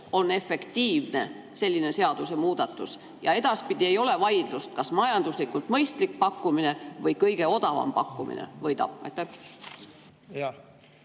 on efektiivne, selline seadusemuudatus, ja edaspidi ei ole vaidlust, kas majanduslikult mõistlik pakkumine või kõige odavam pakkumine võidab?